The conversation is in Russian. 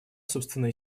собственные